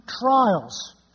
trials